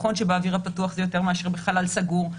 נכון שבאוויר הפתוח זה יותר מאשר בחלל סגור,